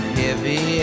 heavy